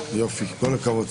הישיבה ננעלה בשעה 18:06